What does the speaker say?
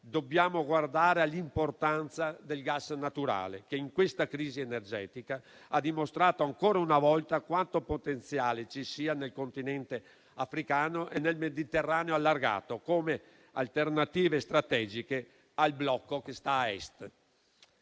Dobbiamo guardare all'importanza del gas naturale, che in questa crisi energetica ha dimostrato ancora una volta quanto potenziale ci sia nel continente africano e nel Mediterraneo allargato, come alternative strategiche al blocco che sta a Est.